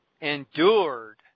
endured